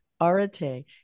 Arate